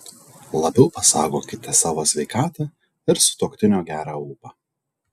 labiau pasaugokite savo sveikatą ir sutuoktinio gerą ūpą